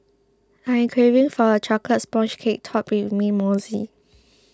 I am craving for a Chocolate Sponge Cake Topped with Mint Mousse